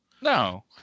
No